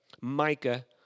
Micah